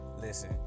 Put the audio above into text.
listen